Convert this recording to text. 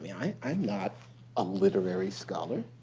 yeah i'm not a literary scholar.